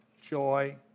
joy